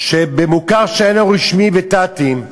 במוכר שאינו רשמי ות"תים,